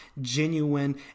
genuine